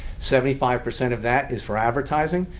seventy-five percent of that is for advertising.